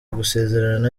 gusezerana